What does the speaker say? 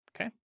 okay